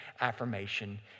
affirmation